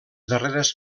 darreres